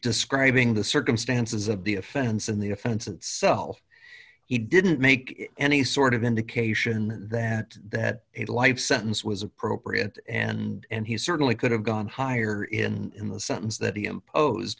describing the circumstances of the offense in the offense itself he didn't make any sort of indication that that a life sentence was appropriate and he certainly could have gone higher in the sense that he imposed